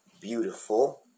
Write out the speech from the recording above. beautiful